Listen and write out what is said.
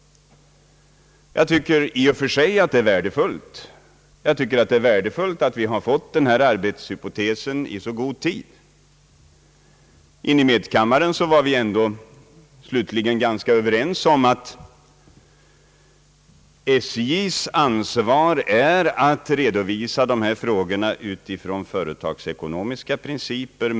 Jag tycker att det i och för sig är värdefullt att vi har fått denna arbetshypotes i så god tid. I medkammaren var vi ändå till slut ganska överens om att i SJ:s ansvar ligger att redovisa dessa frågor med hänsyn till företagsekonomiska principer.